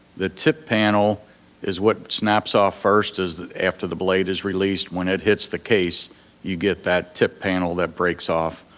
the tip panel is what snaps off first after the blade is released, when it hits the case you get that tip panel that breaks off,